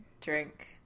Drink